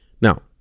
Now